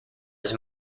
his